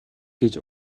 гэж